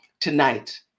tonight